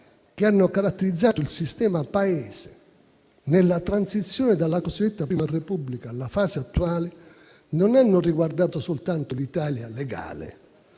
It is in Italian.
che hanno caratterizzato il sistema Paese, nella transizione dalla cosiddetta Prima Repubblica alla fase attuale, non hanno riguardato soltanto l'Italia legale,